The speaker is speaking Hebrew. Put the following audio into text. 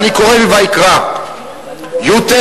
אני קורא מויקרא י"ט: